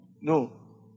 No